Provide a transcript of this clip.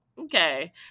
okay